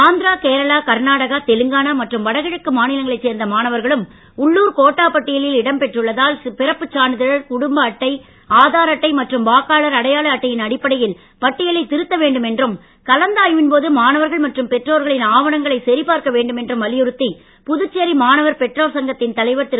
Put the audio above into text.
ஆந்திரா கேரளா கர்நாடகா தெலுங்கானா மற்றும் வடகிழக்கு மாநிலங்களைச் சேர்ந்த மாணவர்களும் உள்ளூர் கோட்டா பட்டியலில் இடம் பெற்றுள்ளதால் பிறப்புச் சான்றிதழ் குடும்ப அட்டை ஆதார் அட்டை மற்றும் வாக்காளர் அடையாள அட்டையின் அடிப்படையில் பட்டியலை திருத்த வேண்டும் என்றும் கலந்தாய்வின் போது மாணவர்கள் மற்றும் பெற்றோர்களின் ஆவணங்களை சரிபார்க்க வேண்டும் என்றும் வலியுறுத்தி புதுச்சேரி மாணவர் பெற்றோர் சங்கத்தின் தலைவர் திரு